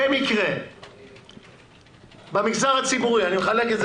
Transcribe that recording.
במקרה במגזר הציבורי אני מחלק את זה